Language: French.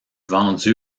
vendue